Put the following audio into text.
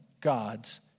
God's